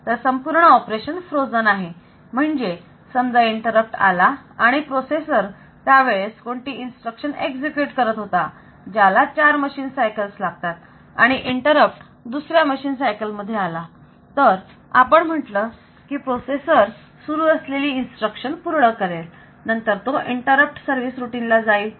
तर संपूर्ण ऑपरेशन थांबलेले आहे म्हणजे समजा इंटरप्ट आला आणि प्रोसेसर त्यावेळेस कोणती इन्स्ट्रक्शन एक्झिक्युट करत होता ज्याला चार मशीन सायकल्स लागतात आणि इंटरप्ट दुसऱ्या मशीन सायकल मध्ये आला तर आपण म्हटलं की प्रोसेसर सुरु असलेली इन्स्ट्रक्शन पूर्ण करेल नंतर तो इंटरप्ट सर्विस रुटीन ला जाईल